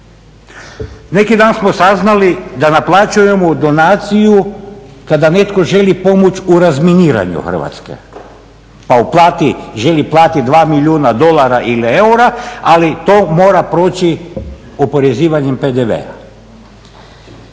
Neki dan smo saznali da naplaćujemo u donaciju kada netko želi pomoći u razminiranju Hrvatske pa želi platiti dva milijuna dolara ili eura ali to mora proći oporezivanjem PDV-a.